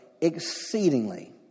exceedingly